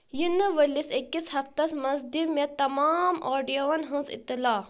یِنہٕ وٲلِس أکِس ہفتس منز دِ مے تمام اوڈیوون ہٕنز اِطلاع